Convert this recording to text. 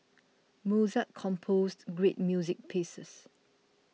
Mozart composed great music pieces